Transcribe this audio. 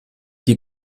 die